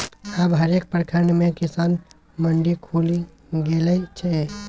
अब हरेक प्रखंड मे किसान मंडी खुलि गेलै ये